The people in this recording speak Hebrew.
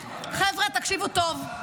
חבר'ה, תקשיבו לי טוב.